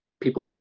people